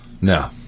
No